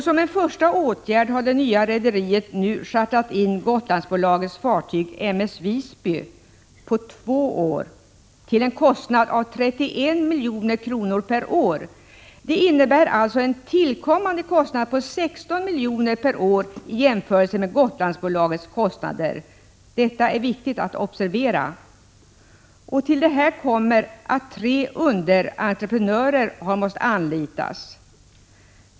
Som en första åtgärd har det nya rederiet nu chartrat in Gotlandsbolagets fartyg M/S Visby på två år till en kostnad av 31 milj.kr. per år. Det innebär alltså en tillkommande kostnad på 16 milj.kr. per år i jämförelse med Gotlandsbolagets kostnader. Detta är viktigt att observera. Till detta kommer att tre underentreprenörer har måst anlitas.